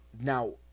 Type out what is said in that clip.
Now